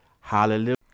Hallelujah